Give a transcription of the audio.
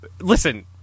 listen